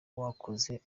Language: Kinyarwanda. wakoze